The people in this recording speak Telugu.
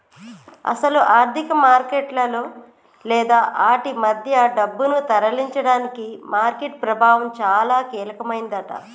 అసలు ఆర్థిక మార్కెట్లలో లేదా ఆటి మధ్య డబ్బును తరలించడానికి మార్కెట్ ప్రభావం చాలా కీలకమైందట